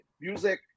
music